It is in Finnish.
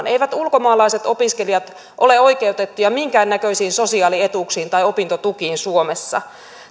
eivät ulkomaalaiset opiskelijat ole oikeutettuja minkään näköisiin sosiaalietuuksiin tai opintotukiin suomessa